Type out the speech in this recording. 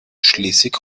schleswig